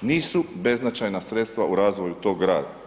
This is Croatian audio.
nisu beznačajna sredstva u razvoju tog grada.